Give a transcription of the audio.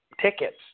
tickets